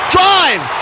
Drive